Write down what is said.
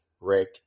Rick